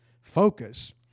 Focus